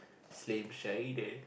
slim shaded